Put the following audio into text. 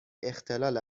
اختلال